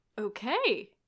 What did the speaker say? Okay